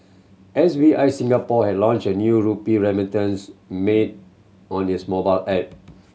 S B I Singapore has launched a new rupee remittance made on its mobile app